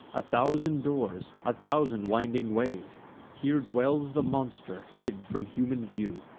a thousand doors, a thousand winding ways here dwells the monster, hid from human view,